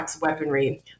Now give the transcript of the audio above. weaponry